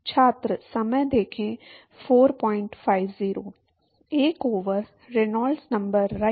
एक over Reynolds number right